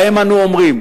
להם אנחנו אומרים: